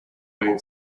been